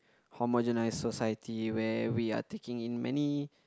homogenise society where we are taking in many